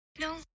no